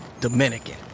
Dominican